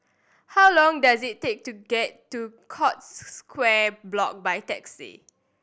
how long does it take to get to Scotts Square Block by taxi